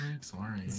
Sorry